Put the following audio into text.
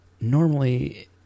normally